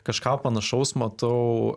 kažką panašaus matau